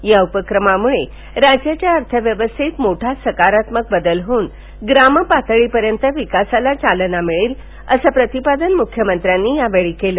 या उपक्रमाम्ळे राज्याच्या अर्थव्यवस्थेत मोठा सकारात्मक बदल होऊन ग्राम पातळीपर्यंत विकासाला चालना मिळेल असं प्रतिपादन मुख्यमंत्र्यांनी यावेळी केलं